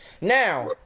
Now